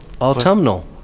autumnal